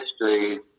history